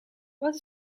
wat